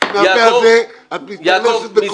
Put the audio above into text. כי מהפה הזה את --- נכון.